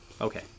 Okay